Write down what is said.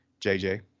JJ